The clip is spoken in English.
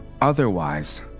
Otherwise